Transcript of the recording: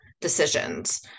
decisions